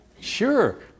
Sure